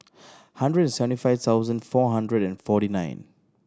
hundred and seventy five thousand four hundred and forty nine